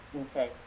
okay